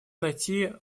найти